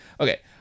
Okay